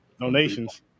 donations